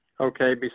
Okay